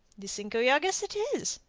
the cinco llagas it is.